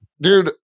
dude